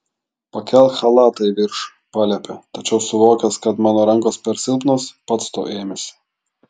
pakelk chalatą į viršų paliepė tačiau suvokęs kad mano rankos per silpnos pats to ėmėsi